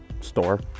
store